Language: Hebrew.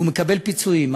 והוא מקבל פיצויים.